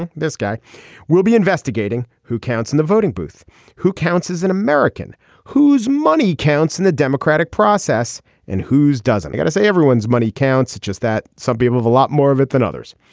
and this guy will be investigating who counts in the voting booth who counts as an american who's money counts and the democratic process and who's doesn't he got to say everyone's money counts. it's just that some people have a lot more of it than others.